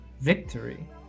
victory